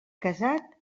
casat